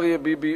אריה ביבי,